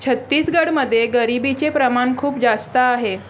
छत्तीसगडमध्ये गरिबीचे प्रमाण खूप जास्त आहे